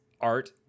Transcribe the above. art